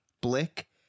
Blick